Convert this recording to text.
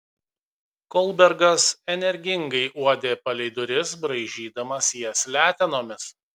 kolbergas energingai uodė palei duris braižydamas jas letenomis